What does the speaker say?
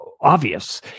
obvious